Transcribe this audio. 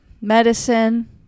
medicine